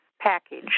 Package